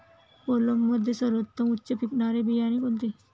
कोलममध्ये सर्वोत्तम उच्च पिकणारे बियाणे कोणते?